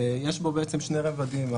יש בו בעצם שני רבדים.